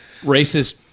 racist